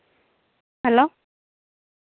hello